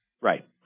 Right